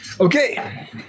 Okay